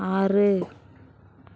ஆறு